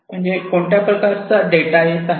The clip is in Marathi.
म्हणजे कोणत्या प्रकारचा डेटा येत आहे